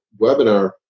webinar